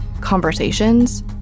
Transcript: conversations